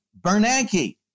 Bernanke